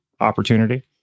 opportunity